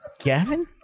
Gavin